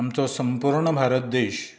आमचो संपूर्ण भारत देश